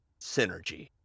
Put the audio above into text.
synergy